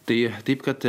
tai taip kad